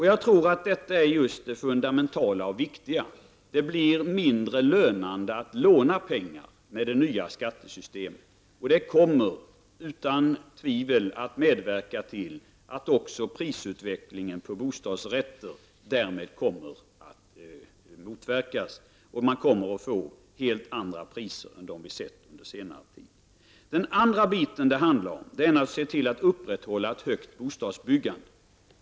Jag tror att det fundamentala och viktiga är att det blir mindre lönande att låna pengar med det nya skattesystemet. Det kommer utan tvivel att medverka till att också prisutvecklingen på bostadsrätter kommer att dämpas, och man kommer att få helt andra priser än dem som vi har sett under senare tid. Det är också väsentligt att se till att upprätthålla en hög takt när det gäller bostadsbyggandet.